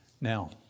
Now